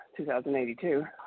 2082